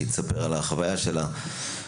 שתספר על החוויה שלה.